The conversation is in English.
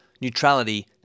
Neutrality